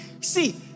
see